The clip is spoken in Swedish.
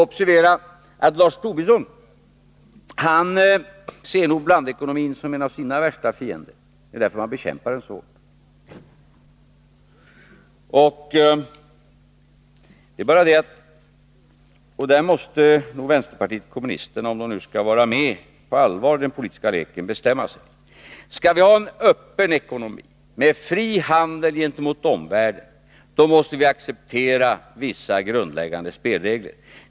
Observera att Lars Tobisson säkert ser blandekonomin som en av sina värsta fiender. Det är därför man bekämpar den så kraftigt. Här måste vänsterpartiet kommunisterna, om man nu på allvar skall vara med i den politiska leken, bestämma sig. Skall vi ha en öppen ekonomi, med fri handel gentemot omvärlden, då måste vi acceptera vissa grundläggande spelregler.